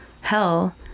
hell